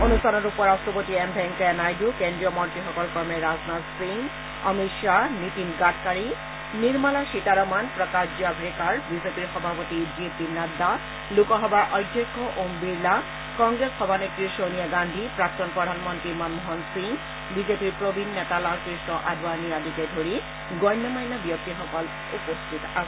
অনুষ্ঠানত উপ ৰট্টপতি এম ভেংকায়া নাইডু কেন্দ্ৰীয় মন্ত্ৰীসকল ক্ৰমে ৰাজনাথ সিং অমিত খাহ নীতিন গাডকাৰী নিৰ্মলা সীতাৰমন প্ৰকাশ জাভড়েকাৰ বিজেপিৰ সভাপতি জে পি নাড্ডা লোকসভাৰ অধ্যক্ষ ওম বিৰলা কংগ্ৰেছ সভানেত্ৰী ছোনীয়া গান্ধী প্ৰাক্তন প্ৰধানমন্ত্ৰী মন মোহন সিং বি জে পিৰ জ্যেষ্ঠ নেতা লাল কৃষ্ণ আদৱানী আদিকে ধৰি গণ্যমান্য ব্যক্তিসকল উপস্থিত আছিল